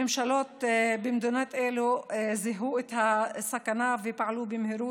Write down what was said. הממשלות במדינת אלו זיהו את הסכנה ופעלו במהירות,